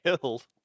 killed